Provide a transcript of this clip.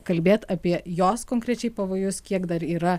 kalbėt apie jos konkrečiai pavojus kiek dar yra